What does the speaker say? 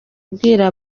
abwira